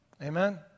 Amen